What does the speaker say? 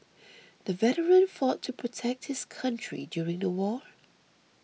the veteran fought to protect his country during the war